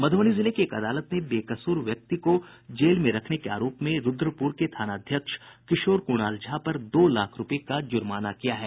मधुबनी जिले की एक अदालत ने बेकसूर व्यक्ति को जेल में रखने के आरोप में रूद्रपुर के थानाध्यक्ष किशोर कुणाल झा पर दो लाख रूपये का जुर्माना लगाया है